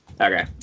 Okay